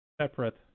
separate